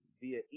via